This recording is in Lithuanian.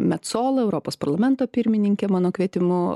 met solo europos parlamento pirmininkė mano kvietimu